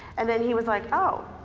and then he was like, oh,